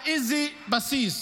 על איזה בסיס?